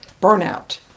burnout